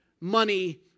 money